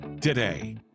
today